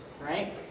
right